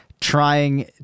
trying